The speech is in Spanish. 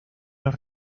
los